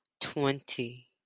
twenty